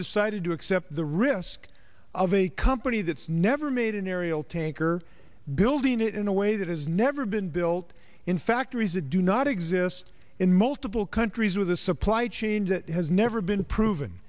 decided to accept the risk of a company that's never made an aerial tanker building it in a way that has never been built in factories that do not exist in multiple countries with a supply chain that has never been proven